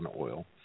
oil